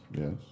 Yes